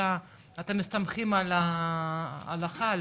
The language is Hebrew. אתם מסתמכים על ההלכה,